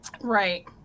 right